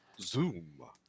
Zoom